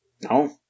No